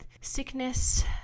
sickness